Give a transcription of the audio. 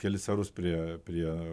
kelis arus prie prie